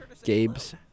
Gabe's